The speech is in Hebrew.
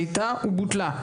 שהייתה ובוטלה,